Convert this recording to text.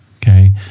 Okay